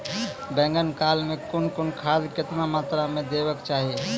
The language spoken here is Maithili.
बौगक काल मे कून कून खाद केतबा मात्राम देबाक चाही?